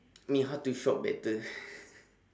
me how to shop better